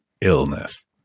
illness